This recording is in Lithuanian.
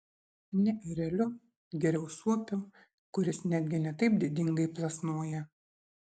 ne ereliu geriau suopiu kuris netgi ne taip didingai plasnoja